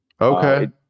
okay